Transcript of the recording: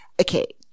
okay